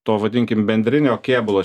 to vadinkim bendrinio kėbulo